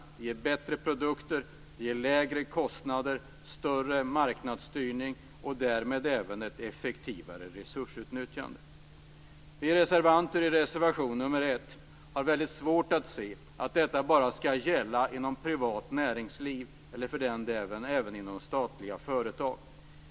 Det ger bättre produkter, lägre kostnader, en större marknadsstyrning och därmed även ett effektivare resursutnyttjande. Vi reservanter har, det framgår av reservation nr 1, väldigt svårt att se att detta bara skall gälla inom privat näringsliv, och för den delen även inom statliga företag.